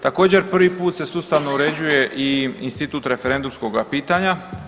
Također, prvi put se sustavno uređuje i institut referendumskoga pitanja.